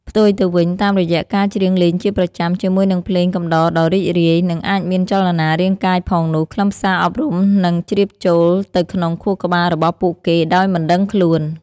ផ្ទុយទៅវិញ តាមរយៈការច្រៀងលេងជាប្រចាំ ជាមួយនឹងភ្លេងកំដរដ៏រីករាយ និងអាចមានចលនារាងកាយផងនោះ ខ្លឹមសារអប់រំនឹង ជ្រាបចូលទៅក្នុង ខួរក្បាលរបស់ពួកគេដោយមិនដឹងខ្លួន។